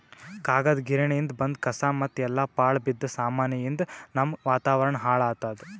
ಕಾಗದ್ ಗಿರಣಿಯಿಂದ್ ಬಂದ್ ಕಸಾ ಮತ್ತ್ ಎಲ್ಲಾ ಪಾಳ್ ಬಿದ್ದ ಸಾಮಾನಿಯಿಂದ್ ನಮ್ಮ್ ವಾತಾವರಣ್ ಹಾಳ್ ಆತ್ತದ